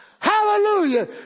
Hallelujah